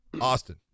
Austin